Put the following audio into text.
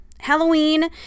Halloween